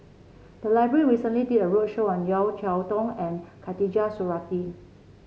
the library recently did a roadshow on Yeo Cheow Tong and Khatijah Surattee